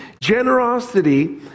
generosity